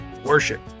Worship